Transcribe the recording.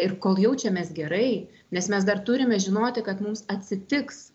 ir kol jaučiamės gerai nes mes dar turime žinoti kad mums atsitiks